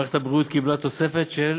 מערכת הבריאות קיבלה תוספת של,